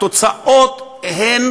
התוצאות הן